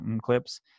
clips